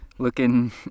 looking